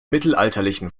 mittelalterlichen